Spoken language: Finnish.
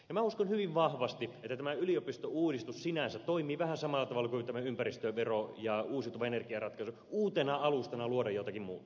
minä uskon hyvin vahvasti että tämä yliopistouudistus sinänsä toimii vähän samalla tavalla kuin tämä ympäristövero ja uusiutuva energiaratkaisu uutena alustana luoda jotakin muuta